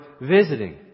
visiting